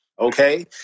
okay